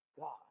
God